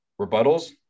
rebuttals